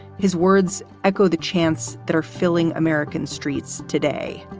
his words echoed the chants that are filling american streets today.